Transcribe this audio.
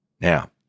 Now